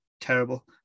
terrible